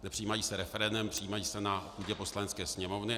Nepřijímají se referendem, přijímají se na půdě Poslanecké sněmovny.